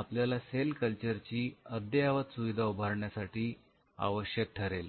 आपल्याला cell culture ची अद्ययावत सुविधा उभारण्यासाठी आवश्यक ठरेल